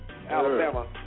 Alabama